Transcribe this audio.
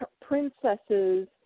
princesses